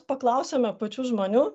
paklausėme pačių žmonių